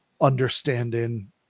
understanding